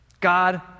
God